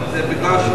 שזה בגלל שהוא